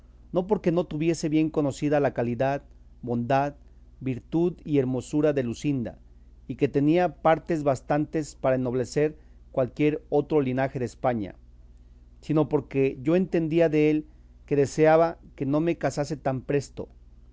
no porque no tuviese bien conocida la calidad bondad virtud y hermosura de luscinda y que tenía partes bastantes para enoblecer cualquier otro linaje de españa sino porque yo entendía dél que deseaba que no me casase tan presto